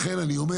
לכן אני אומר